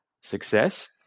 success